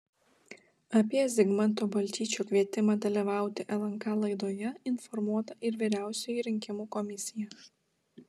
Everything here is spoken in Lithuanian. apie zigmanto balčyčio kvietimą dalyvauti lnk laidoje informuota ir vyriausioji rinkimų komisija